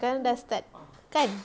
sekarang dah start kan